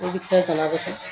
এই বিষয়ে জনাবচোন